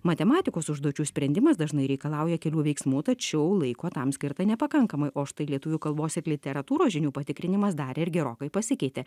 matematikos užduočių sprendimas dažnai reikalauja kelių veiksmų tačiau laiko tam skirta nepakankamai o štai lietuvių kalbos ir literatūros žinių patikrinimas dar ir gerokai pasikeitė